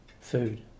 food